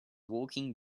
walking